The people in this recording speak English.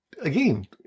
again